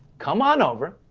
come on over,